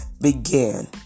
begin